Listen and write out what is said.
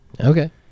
Okay